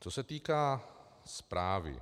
Co se týká zprávy.